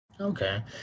Okay